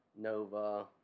Nova